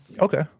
okay